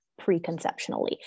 preconceptionally